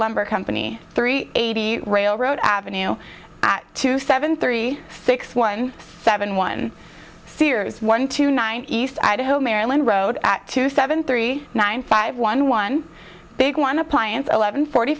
lumber company three eighty railroad avenue two seven three six one seven one sears one two nine east idaho maryland road at two seven three nine five one one big one appliance eleven forty